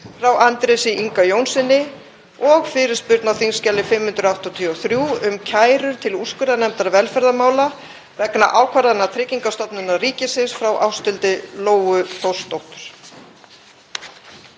frá Andrési Inga Jónssyni, og fyrirspurn á þskj. 583, um kærur til úrskurðarnefndar velferðarmála vegna ákvarðana Tryggingastofnunar ríkisins, frá Ásthildi Lóu Þórsdóttur.